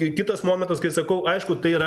kitas momentas kai sakau aišku tai yra